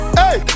hey